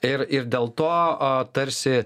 ir ir dėl to tarsi